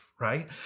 right